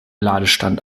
ladestand